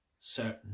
certain